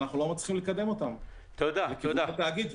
ואנחנו לא מצליחים לקדם אותם לכיוון התאגיד.